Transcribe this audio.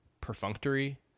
perfunctory